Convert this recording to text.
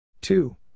Two